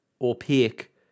opaque